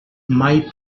mai